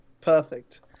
perfect